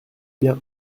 bien